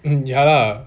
ya lah